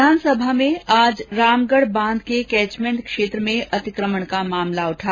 विधानसभा में आज रामगढ़ बांध के कैचमेंट क्षेत्र में अतिक्रमण का मामला उठा